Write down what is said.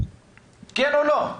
כן או לא?